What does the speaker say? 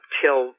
till